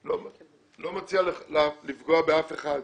לא מציע לפגוע באף אחד,